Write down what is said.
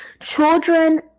children